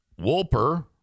Wolper